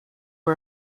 are